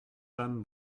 femme